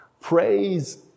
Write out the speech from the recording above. praise